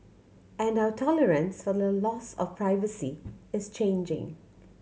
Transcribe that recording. and our tolerance for the loss of privacy is changing